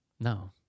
No